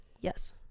yes